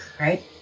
Right